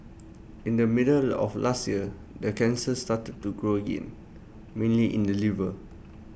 in the middle of last year the cancer started to grow again mainly in the liver